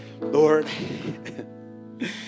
Lord